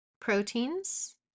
Proteins